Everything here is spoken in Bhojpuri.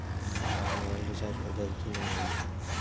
ऑनलाइन मोबाइल रिचार्ज हो जाई की ना हो?